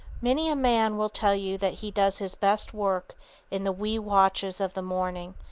many a man will tell you that he does his best work in the wee watches of the morning,